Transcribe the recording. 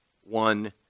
one